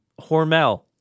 Hormel